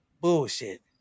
bullshit